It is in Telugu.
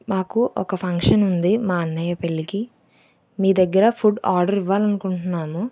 మాకు ఒక ఫంక్షన్ ఉంది మా అన్నయ్య పెళ్ళికి మీ దగ్గర ఫుడ్ ఆర్డర్ ఇవ్వాలని అనుకుంటున్నాము